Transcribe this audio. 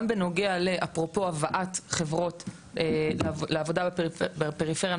גם בנוגע ל אפרופו הבאת חברות לעבודה בפריפריה על